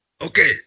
Okay